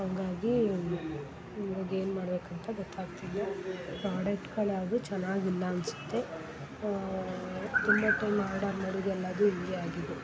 ಹಂಗಾಗಿ ಇವಾಗ ಏನು ಮಾಡ್ಬೇಕು ಅಂತ ಗೊತ್ತಾಗ್ತಿಲ್ಲ ಪ್ರಾಡಕ್ಟ್ಗಳು ಯಾವುದೂ ಚೆನ್ನಾಗಿಲ್ಲ ಅನಿಸುತ್ತೆ ತುಂಬ ಟೈಮ್ ಆರ್ಡರ್ ಮಾಡಿದ್ದು ಎಲ್ಲದೂ ಹಿಂಗೆ ಆಗಿದೆ